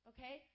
Okay